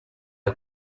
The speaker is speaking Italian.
che